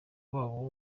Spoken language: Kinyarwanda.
wabo